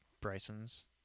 Bryson's